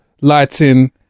lighting